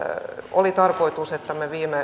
oli tarkoitus että me viime